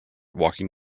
walking